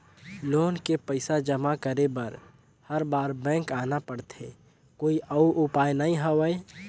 Loan के पईसा जमा करे बर हर बार बैंक आना पड़थे कोई अउ उपाय नइ हवय?